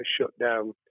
shutdown